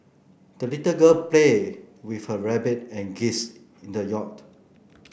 the little girl played with her rabbit and geese in the yard